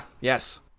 yes